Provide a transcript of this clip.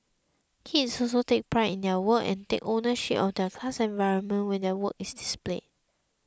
kids also take pride in their work and take ownership of their class environment when their work is displayed